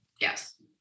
Yes